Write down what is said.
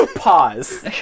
Pause